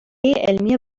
علمی